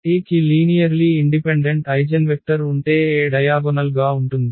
A కి linearly independent eigenvector ఉంటే A diagonal గా ఉంటుంది